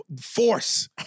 force